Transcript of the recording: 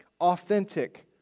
authentic